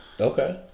Okay